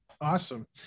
Awesome